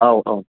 औ औ